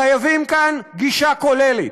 חייבים כאן גישה כוללת.